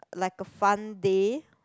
like a Fun Day